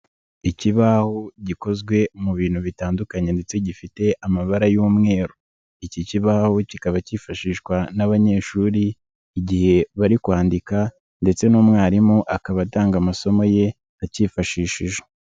Ikibaho gikozwe mu bintu bitandukanye ndetse gifite amabara y'umweru, iki kibaho kikaba kifashishwa n'abanyeshuri igihe bari kwandika ndetse n'umwarimu akaba atanga amasomo ye akifashishije.